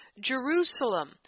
Jerusalem